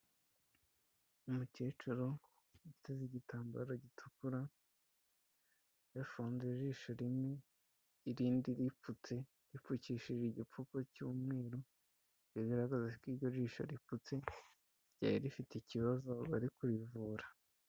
Umukecuru uteze igitambaro gitukura, yafunze ijisho rimwe irindi ripfutse, ripfukishije igipfuko cy'umweru, bigaragaza ko iryo jisho ripfutse, ryari rifite ikibazo bari kurivura.